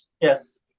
Yes